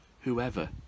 whoever